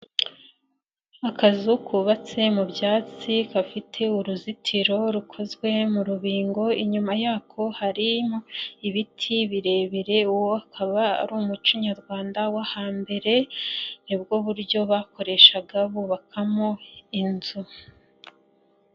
Akazu kubatse mu byatsi, gafite uruzitiro rukozwe mu rubingo, inyuma yako harimo ibiti birebire, uwo akaba ari umuco nyarwanda wo hambere, nibwo buryo bakoreshaga bubakamo inzu.